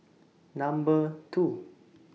Number two